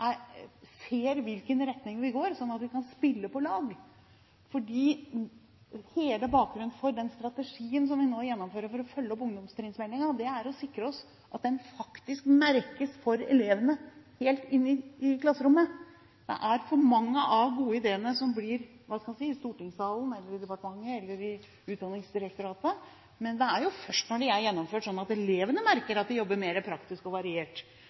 ser hvilken retning vi går, sånn at vi kan spille på lag. Hele bakgrunnen for den strategien som vi nå gjennomfører for å følge opp ungdomstrinnsmeldingen, er å sikre oss at den faktisk merkes for elevene helt inn i klasserommet. Det er for mange av de gode ideene som – skal man si – forblir i stortingssalen, i departementet eller i Utdanningsdirektoratet. Men det er jo først når de er gjennomført, sånn at elevene merker at de jobber mer praktisk og variert,